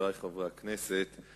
חברי חברי הכנסת,